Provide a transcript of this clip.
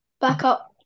backup